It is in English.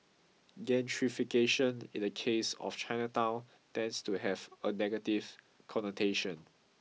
gentrification in the case of Chinatown tends to have a negative connotation